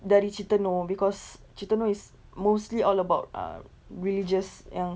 dari cerita nur because cerita nur is mostly all about err religious yang